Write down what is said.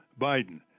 Biden